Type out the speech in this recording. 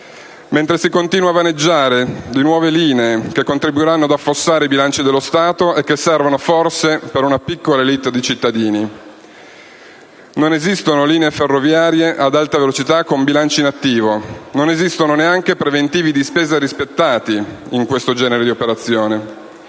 mentre si continua a vaneggiare di nuove linee che contribuiranno ad affossare i bilanci dello Stato e che servono forse per una piccola *élite* di cittadini. Non esistono linee ferroviarie ad alta velocità con bilanci in attivo; non esistono neanche preventivi di spesa rispettati in questo genere di operazione.